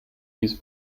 ließ